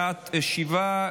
בעד שבעה,